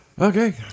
Okay